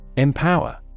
Empower